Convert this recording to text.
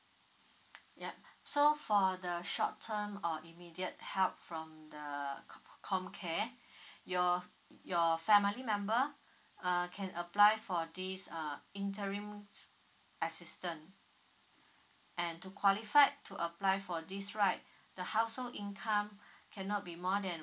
yup so for the short term or immediate help from the comcare your your family member err can apply for this uh interim assistance and to qualify to apply for this right the household income cannot be more than